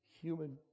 Human